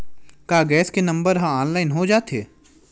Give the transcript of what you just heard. का गैस के नंबर ह ऑनलाइन हो जाथे?